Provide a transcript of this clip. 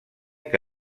que